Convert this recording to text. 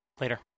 Later